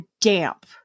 damp